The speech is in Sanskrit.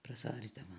प्रसारितवान्